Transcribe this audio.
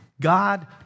God